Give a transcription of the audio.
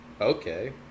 okay